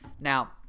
Now